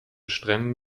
streng